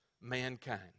mankind